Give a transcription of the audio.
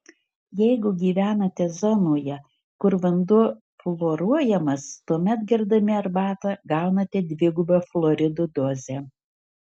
jeigu gyvenate zonoje kur vanduo fluoruojamas tuomet gerdami arbatą gaunate dvigubą fluorido dozę